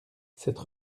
cette